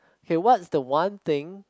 hey what's the one thing